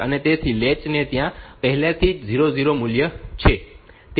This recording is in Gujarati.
તેથી લેચ ને ત્યાં પહેલાથી જ 0 0 મૂલ્ય છે